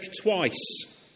twice